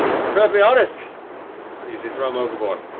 be perfectly honest, i usually throw them overboard.